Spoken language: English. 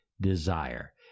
desire